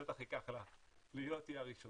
ובטח היא לא תהיה הראשונה,